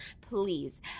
Please